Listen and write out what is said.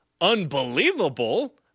unbelievable